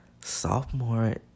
sophomore